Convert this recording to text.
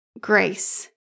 Grace